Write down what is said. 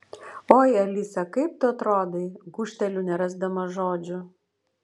oi alisa kaip tu atrodai gūžteliu nerasdama žodžių